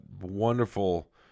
wonderful